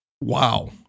wow